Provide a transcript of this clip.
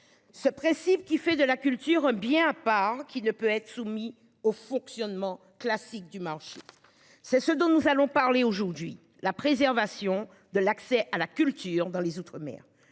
Ce principe qui fait de la culture bien à part qui ne peut être soumis au fonctionnement classique du marché. C'est ce dont nous allons parler aujourd'hui. La préservation de l'accès à la culture dans les Outre-mer.